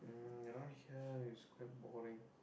mm around here is quite boring